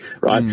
Right